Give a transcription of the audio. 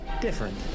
different